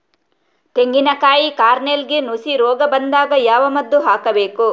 ತೆಂಗಿನ ಕಾಯಿ ಕಾರ್ನೆಲ್ಗೆ ನುಸಿ ರೋಗ ಬಂದಾಗ ಯಾವ ಮದ್ದು ಹಾಕಬೇಕು?